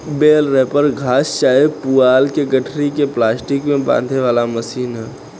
बेल wrapper घास चाहे पुआल के गठरी के प्लास्टिक में बांधे वाला मशीन ह